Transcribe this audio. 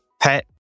Pet